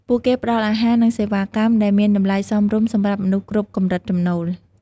ពួកគេផ្តល់អាហារនិងសេវាកម្មដែលមានតម្លៃសមរម្យសម្រាប់មនុស្សគ្រប់កម្រិតចំណូល។